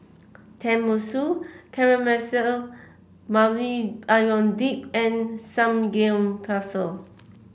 Tenmusu Caramelized Maui Onion Dip and Samgyeopsal